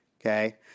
Okay